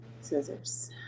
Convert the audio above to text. scissors